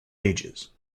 ages